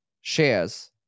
shares